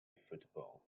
football